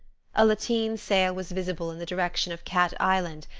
a lateen sail was visible in the direction of cat island,